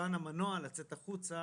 גם רעש בלתי סביר וגם רעש חזק,